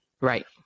Right